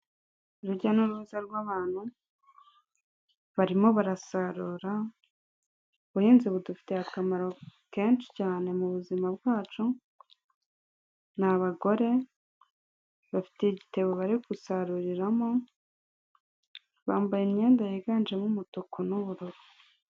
Urujya n'uruza rw'abantu, barimo barasarura, ubuhinzi ubudufitiye akamaro kenshi cyane mu buzima bwacu, ni abagore, bafite igitebo bari gusaruriramo, bambaye imyenda yiganjemo umutuku n'ubururu.